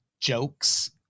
jokes